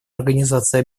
организация